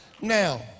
Now